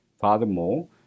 Furthermore